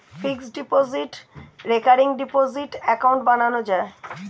fixed deposit, recurring deposit account বানানো যায়